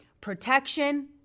protection